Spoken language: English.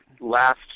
last